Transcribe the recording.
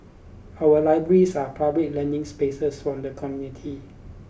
our libraries are public learning spaces for the community